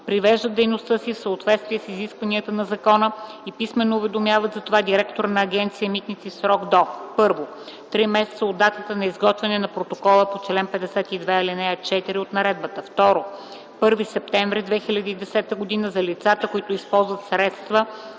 привеждат дейността си в съответствие с изискванията на закона и писмено уведомяват за това директора на Агенция „Митници” в срок до: 1. три месеца от датата на изготвяне на протокол по чл. 52, ал. 4 от наредбата; 2. 1 септември 2010 г. – за лицата, които използват средства